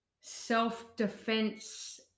self-defense